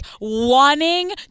wanting